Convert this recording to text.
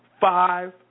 five